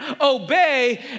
obey